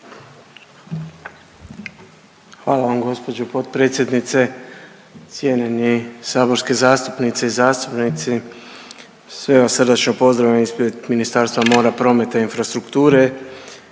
Hvala vam gospođo potpredsjednice, cijenjeni saborski zastupnice i zastupnici. Sve vas srdačno pozdravljam ispred Ministarstva mora, prometa i infrastrukture.